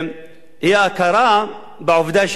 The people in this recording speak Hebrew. אי-הכרה בעובדה שיש כיבוש.